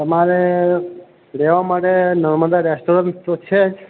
તમારે રહેવા માટે નર્મદા રેસ્ટોરન્ટ તો છે જ